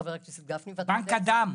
חבר הכנסת גפני -- בנק הדם.